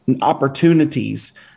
opportunities